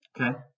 Okay